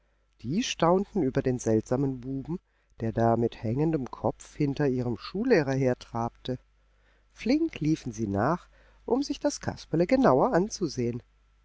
die staunten über den seltsamen buben der da mit hängendem kopf hinter ihrem schullehrer hertrabte flink liefen sie nach um sich das kasperle genauer anzusehen